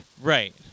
Right